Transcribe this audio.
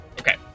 Okay